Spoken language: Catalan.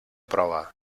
prova